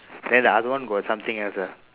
then the other one got something else ah